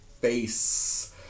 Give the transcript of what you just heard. face